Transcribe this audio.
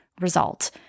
result